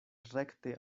rekte